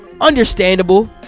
understandable